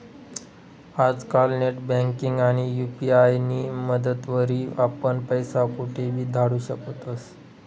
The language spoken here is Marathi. आजकाल नेटबँकिंग आणि यु.पी.आय नी मदतवरी आपण पैसा कोठेबी धाडू शकतस